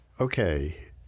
okay